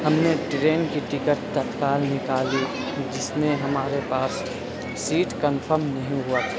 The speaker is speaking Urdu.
ہم نے ٹرین کی ٹکٹ تتکال نکالی جس میں ہمارے پاس سیٹ کنفرم نہیں ہوا